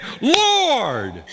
Lord